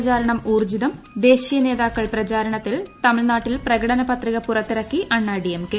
പ്രചാരണം ഊർജ്ജിതം ദേശീയ നേതാക്കൾ പ്രചാരണത്തിൽ തമിഴ്നാട്ടിൽ പ്രകടന പത്രിക പുറത്തിറക്കി അണ്ണാ ഡി എം കെ